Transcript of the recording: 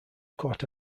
caught